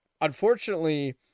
unfortunately